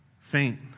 faint